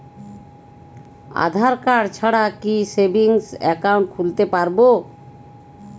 আধারকার্ড ছাড়া কি savings account খুলতে পারব?